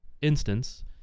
instance